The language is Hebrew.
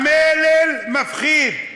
המלל מפחיד,